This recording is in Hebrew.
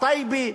טייבה.